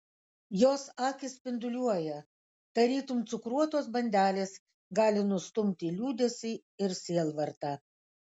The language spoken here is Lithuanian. jos akys spinduliuoja tarytum cukruotos bandelės gali nustumti liūdesį ir sielvartą